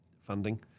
funding